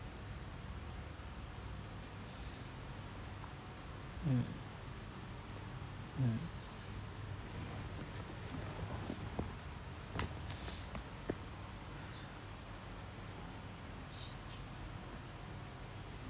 mm mm